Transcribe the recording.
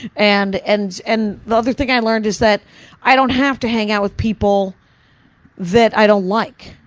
and and and, the other thing i learned is that i don't have to hang out with people that i don't like.